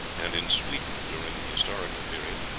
and in sweden during the historical period,